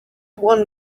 one